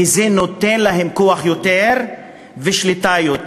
כי זה נותן להם יותר כוח ויותר שליטה.